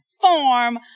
form